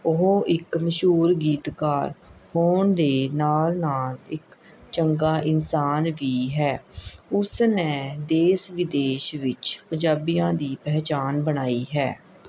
ਉਹ ਇੱਕ ਮਸ਼ਹੂਰ ਗੀਤਕਾਰ ਹੋਣ ਦੇ ਨਾਲ ਨਾਲ ਇੱਕ ਚੰਗਾ ਇਨਸਾਨ ਵੀ ਹੈ ਉਸ ਨੇ ਦੇਸ਼ ਵਿਦੇਸ਼ ਵਿੱਚ ਪੰਜਾਬੀਆਂ ਦੀ ਪਹਿਚਾਣ ਬਣਾਈ ਹੈ